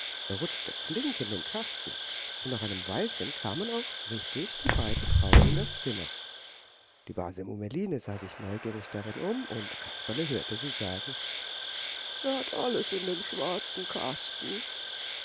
er rutschte flink in den kasten und nach einem weilchen kamen auch richtig die beiden frauen in das zimmer die base mummeline sah sich neugierig darin um und kasperle hörte sie sagen er hat alles in dem schwarzen kasten